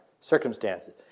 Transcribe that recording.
circumstances